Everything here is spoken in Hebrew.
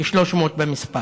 כ-300 במספר,